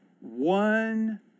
one